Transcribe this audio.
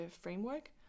framework